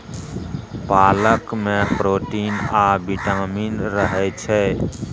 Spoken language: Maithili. पालक मे प्रोटीन आ बिटामिन रहय छै